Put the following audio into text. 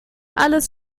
alles